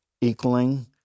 equaling